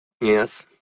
Yes